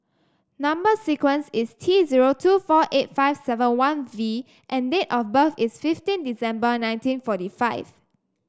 number sequence is T zero two four eight five seven one V and date of birth is fifteen December nineteen forty five